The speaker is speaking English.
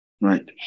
right